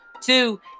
Two